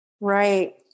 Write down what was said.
right